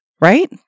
right